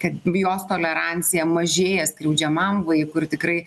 kad jos tolerancija mažėja skriaudžiamam vaikui ir tikrai